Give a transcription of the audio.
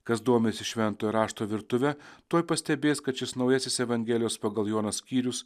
kas domisi šventojo rašto virtuve tuoj pastebės kad šis naujasis evangelijos pagal joną skyrius